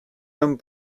homme